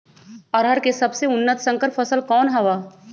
अरहर के सबसे उन्नत संकर फसल कौन हव?